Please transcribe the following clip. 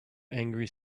angry